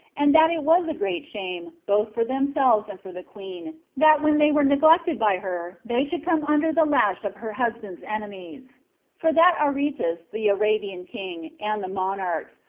and that it was a great shame, both for themselves and for the queen, that when they were neglected by her, they should come under the lash of her husband's enemies for that aretas, the arabian king, and the monarchs,